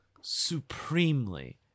supremely